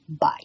bye